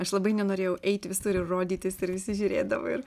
aš labai nenorėjau eiti visur ir rodytis ir visi žiūrėdavo ir